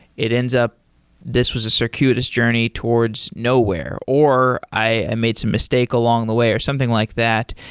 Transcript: it ends up this was a circuitous journey towards nowhere, or i made some mistake along the way, or something like that.